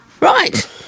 Right